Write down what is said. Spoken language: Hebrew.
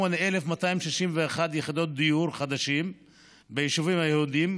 38,261 יחידות דיור חדשות ביישובים היהודיים,